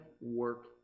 work